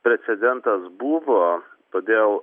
precedentas buvo todėl